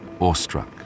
awestruck